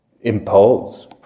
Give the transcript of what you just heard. impose